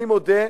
אני מודה,